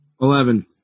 Eleven